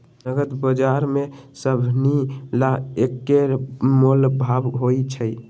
नगद बजार में सभनि ला एक्के मोलभाव होई छई